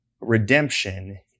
redemption